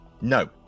No